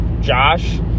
Josh